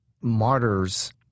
martyrs